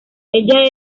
ella